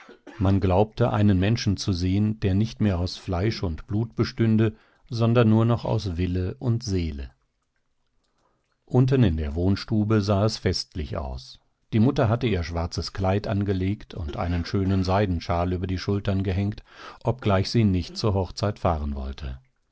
man glaubte einen menschen zu sehen der nicht mehr aus fleisch und blut bestünde sondern nur noch aus wille und seele unten in der wohnstube sah es festlich aus die mutter hatte ihr schwarzes kleid angelegt und einen schönen seidenschal über die schultern gehängt obgleich sie nicht zur hochzeit fahren wollte